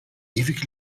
ewig